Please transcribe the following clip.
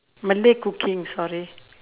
malay cooking sorry